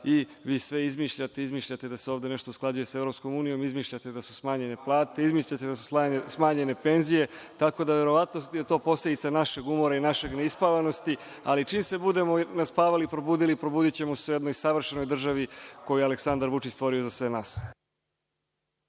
i vi sve izmišljate, izmišljate da se ovde nešto usklađuje sa EU, izmišljate da su smanjene plate, izmišljate da su smanjene penzije. Tako da je verovatno to posledica našeg umora i naše neispavanosti, ali čim se budemo naspavali i probudili, probudićemo se u jednoj savršenoj državi, koju je Aleksandar Vučić stvorio za sve nas.